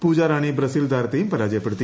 Pooja Rani Brazil താരത്തെയും പരാജയപ്പെടുത്തി